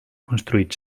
construït